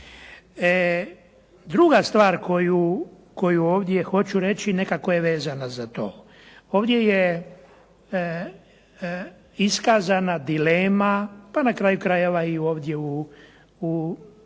Druga stvar koju ovdje hoću reći nekako je vezana za to. Ovdje je iskazana dilema, pa na kraju krajeva i ovdje u